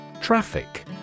Traffic